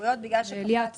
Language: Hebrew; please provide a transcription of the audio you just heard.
ההסתייגויות על הטבלט?